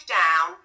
down